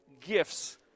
gifts